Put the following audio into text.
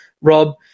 Rob